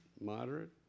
moderate